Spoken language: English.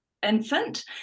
infant